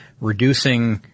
reducing